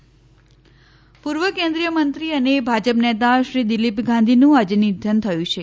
ગાંધી નિધન પૂર્વ કેન્દ્રીય મંત્રી અને ભાજપ નેતા શ્રી દિલીપ ગાંધીનું આજે નિધન થયું છે